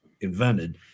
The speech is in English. invented